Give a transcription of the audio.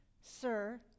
Sir